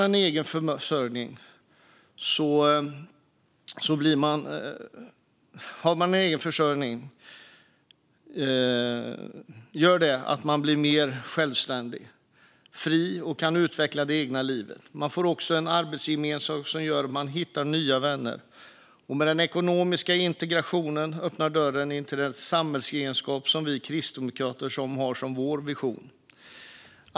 En egen försörjning gör att man blir mer självständig och fri och att man kan utveckla det egna livet. Man får också en arbetsgemenskap som gör att man hittar nya vänner. Med den ekonomiska integrationen öppnas dörren in till den samhällsgemenskap som vi kristdemokrater har som vår vision.